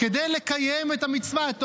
כדי לקיים את המצווה.